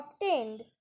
obtained